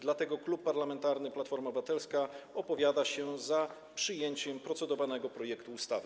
Dlatego Klub Parlamentarny Platforma Obywatelska opowiada się za przyjęciem procedowanego projektu ustawy.